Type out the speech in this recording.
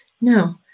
No